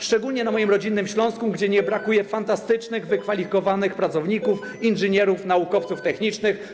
Szczególnie na moim rodzinnym Śląsku, gdzie nie brakuje fantastycznych, wykwalifikowanych pracowników, inżynierów, naukowców technicznych.